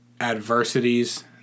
adversities